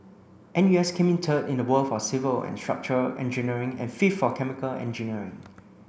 N U S came in third in the world for civil and structural engineering and fifth for chemical engineering